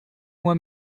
uma